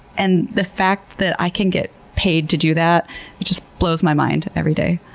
and the fact that i can get paid to do that, it just blows my mind every day.